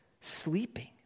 sleeping